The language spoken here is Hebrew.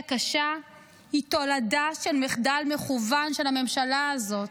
הקשה היא תולדה של מחדל מכוון של הממשלה הזאת.